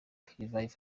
revival